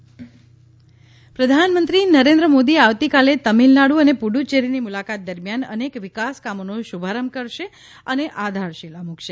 પ્રધાનમંત્રી તામિલનાડુ પુદુચેરી પ્રધાનમંત્રી નરેન્દ્ર મોદી આવતીકાલે તામિલનાડુ અને પુદુચેરીની મુલાકાત દરમિયાન અનેક વિકાસ કામોનો શુભારંભ કરશે અને આધારશીલા મુકશે